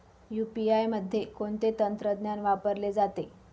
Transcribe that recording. UPI मध्ये कोणते तंत्रज्ञान वापरले जाते?